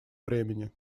времени